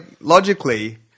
logically